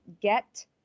get